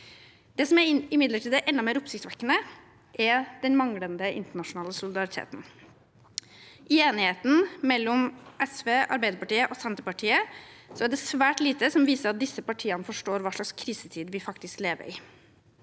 Det som imidlertid er enda mer oppsiktsvekkende, er den manglende internasjonale solidariteten. I enigheten mellom SV, Arbeiderpartiet og Senterpartiet er det svært lite som viser at disse partiene forstår hva slags krisetid vi faktisk lever i.